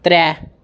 त्रै